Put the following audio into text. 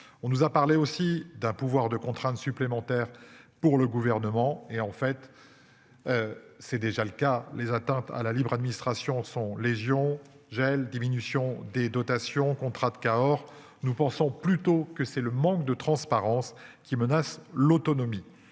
On nous a parlé aussi d'un pouvoir de contrainte supplémentaire pour le gouvernement et en fait. C'est déjà le cas, les atteintes à la libre administration sont légion gel diminution des dotations contrat de Cahors. Nous pensons plutôt que c'est le manque de transparence qui menace l'autonomie